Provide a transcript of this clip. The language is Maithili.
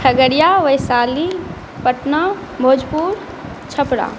खगड़िया वैशाली पटना भोजपुर छपरा